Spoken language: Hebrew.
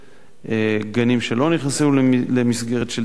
לסבסד גנים שלא נכנסים למסגרת של תאגוד,